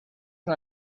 una